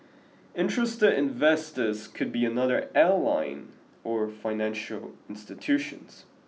interested investors could be another airline or financial institutions